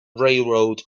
railroad